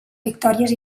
victòries